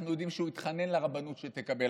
אנחנו יודעים שהוא התחנן לרבנות שתקבל